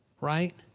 right